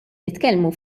nitkellmu